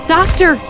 Doctor